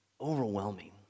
overwhelming